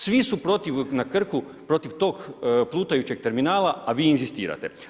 Svi su protiv, na Krku, protiv tog plutajućeg terminala, a vi inzistirate.